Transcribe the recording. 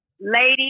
Lady